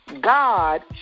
God